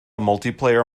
multiplayer